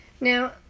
Now